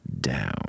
down